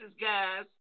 guys